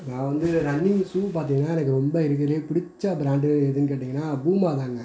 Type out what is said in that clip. நான் வந்து running shoe பார்த்தீங்கன்னா எனக்கு ரொம்ப இருக்கிறதுலே பிடிச்ச ப்ராண்டு எதுன்னு கேட்டீங்கன்னால் பூமாதாங்க